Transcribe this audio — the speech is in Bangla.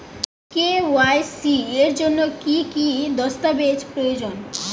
কে.ওয়াই.সি এর জন্যে কি কি দস্তাবেজ প্রয়োজন?